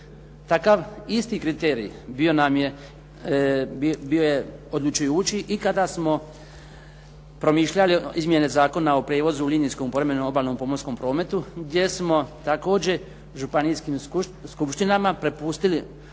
Takav isti kriterij bio je odlučujući i kada smo promišljali izmjene Zakona o prijevozu u linijskom povremenom obalnom pomorskom prometu gdje smo također županijskim skupštinama prepustili poslove